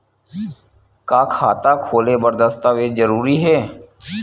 का खाता खोले बर दस्तावेज जरूरी हे?